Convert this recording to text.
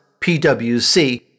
PwC